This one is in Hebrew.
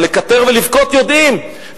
אבל לקטר ולבכות יודעים.